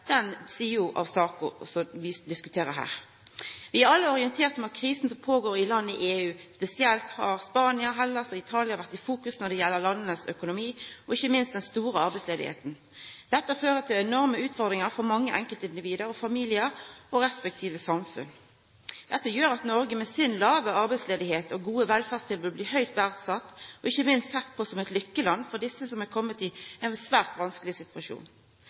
den sida av saka. Vi er alle orienterte om krisa i land i EU. Spesielt har Spania, Hellas og Italia vore i fokus når det gjeld økonomi og ikkje minst den store arbeidsløysa. Dette fører til enorme utfordringar for mange enkeltindivid og familiar, og respektive samfunn, og det gjer at Noreg med si låge arbeidsløyse og sine gode velferdstilbod blir høgt verdsett og ikkje minst sett på som eit lykkeland for desse som har kome i ein svært vanskeleg situasjon.